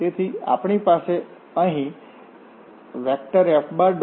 તેથી આપણી પાસે અહીં F